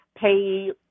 pay